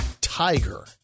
tiger